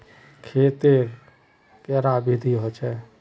खेत तेर कैडा विधि होचे?